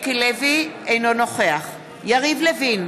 אינו נוכח יריב לוין,